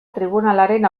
tribunalaren